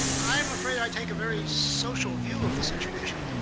i'm afraid i take a very social view of the situation.